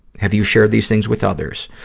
have you shared these things with others?